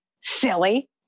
silly